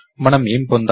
మనము ఏమి పొందాము